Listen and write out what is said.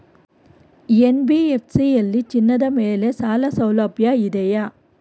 NBFC ಯಲ್ಲಿ ಚಿನ್ನದ ಮೇಲೆ ಸಾಲಸೌಲಭ್ಯ ಇದೆಯಾ?